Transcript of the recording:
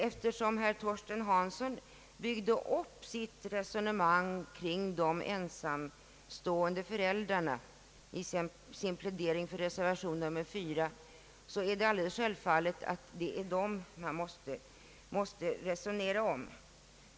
Eftersom herr Hansson byggde upp sitt resonemang kring de ensamstående föräldrarna i sin plädering för reservation 4 är det självklart att det är dem vi måste resonera om.